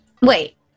Wait